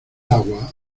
agua